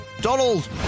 Donald